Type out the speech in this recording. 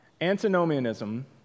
Antinomianism